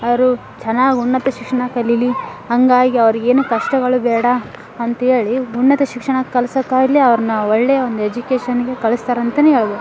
ಅವರು ಚೆನ್ನಾಗಿ ಉನ್ನತ ಶಿಕ್ಷಣ ಕಲೀಲಿ ಹಂಗಾಗಿ ಅವ್ರಿಗೇನು ಕಷ್ಟಗಳು ಬೇಡ ಅಂತೇಳಿ ಉನ್ನತ ಶಿಕ್ಷಣ ಕಲ್ಸಕ್ಕಾಗ್ಲಿ ಅವ್ರನ್ನ ಒಳ್ಳೆಯ ಒಂದು ಎಜುಕೇಷನ್ಗೆ ಕಳಿಸ್ತಾರಂತಲೇ ಹೇಳ್ಬೋದ್